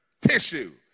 tissue